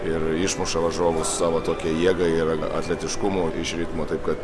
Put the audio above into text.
ir išmuša varžovus savo tokia jėga ir atletiškumu iš ritmo taip kad